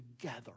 together